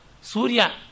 Surya